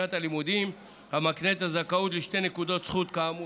בשנת הלימודים המקנה את הזכאות לשתי נקודות זכות כאמור.